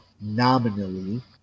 nominally